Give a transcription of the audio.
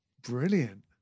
Brilliant